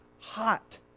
hot